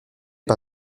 par